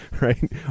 right